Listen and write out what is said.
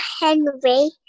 Henry